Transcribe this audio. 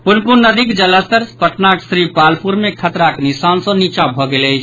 पुनपुन नदीक जलस्तर पटनाक श्रीपालपुर मे खतराक निशान सँ नीचा भऽ गेल अछि